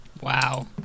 Wow